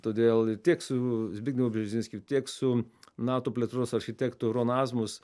todėl tiek su zbignevu brzezinskiu tiek su nato plėtros architektu ronazmus